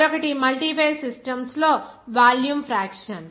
మరొకటి multiphase systems లో volume fraction